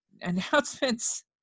announcements